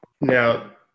Now